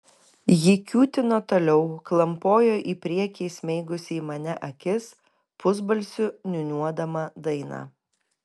ji kiūtino toliau klampojo į priekį įsmeigusi į mane akis pusbalsiu niūniuodama dainą